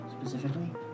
specifically